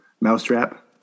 Mousetrap